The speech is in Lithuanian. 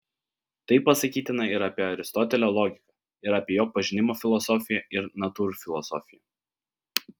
tai pasakytina ir apie aristotelio logiką ir apie jo pažinimo filosofiją ir natūrfilosofiją